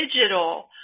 digital